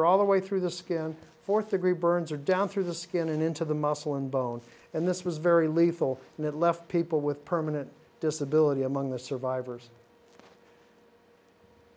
or all the way through the skin fourth degree burns or down through the skin and into the muscle and bone and this was very lethal and it left people with permanent disability among the survivors